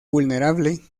vulnerable